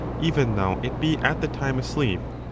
even though it be at the time asleep,